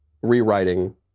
rewriting